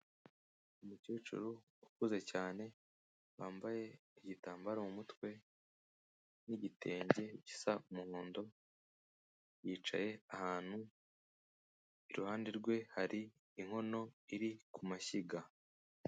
Umukecuru ukuze cyane wambaye igitambaro mu mutwe n'igitenge gisa umuhondo yicaye ahantu, iruhande rwe hari inkono iri ku mashyiga.